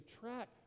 track